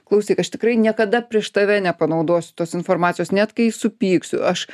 klausyk aš tikrai niekada prieš tave nepanaudosiu tos informacijos net kai supyksiu aš